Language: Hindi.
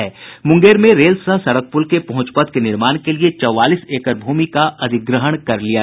मुंगेर में रेल सह सड़क पुल के पहुंच पथ के निर्माण के लिए चौवालीस एकड़ भूमि का अधिग्रहण कर लिया गया है